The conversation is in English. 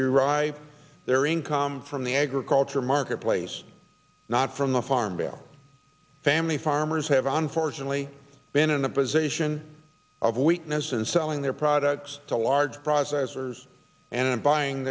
derive their income from the agriculture marketplace not from the farm bill family farmers have unfortunately been in a position of weakness in selling their products to large processors and buying